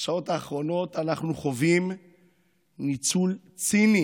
בשעות האחרונות אנחנו חווים ניצול ציני